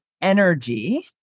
energy